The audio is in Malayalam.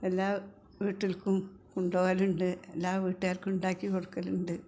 എല്ലാ വീട്ടിൽക്കും കൊണ്ടുപോകലുണ്ട് എല്ലാ വീട്ടുകാർക്കും ഉണ്ടാക്കിക്കൊടുക്കലുണ്ട്